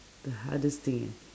the hardest thing